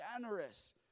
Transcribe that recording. generous